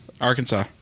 Arkansas